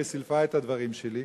והיא סילפה את הדברים שלי.